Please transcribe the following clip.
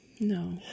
No